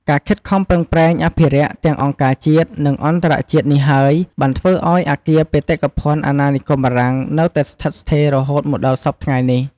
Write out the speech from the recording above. ការខិតខំប្រឹងប្រែងអភិរក្សទាំងអង្គការជាតិ និងអន្តរជាតិនេះហើយបានធ្វើអោយអគារបេតិកភណ្ឌអាណានិគមបារាំងនៅតែស្ថិតស្ថេររហូតមកដល់សព្វថ្ងៃនេះ។